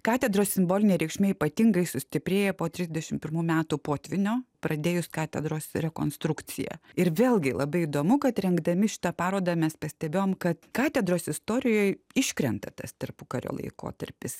katedros simbolinė reikšmė ypatingai sustiprėja po trisdešim pirmų metų potvynio pradėjus katedros rekonstrukciją ir vėlgi labai įdomu kad rengdami šitą parodą mes pastebėjom kad katedros istorijoj iškrenta tas tarpukario laikotarpis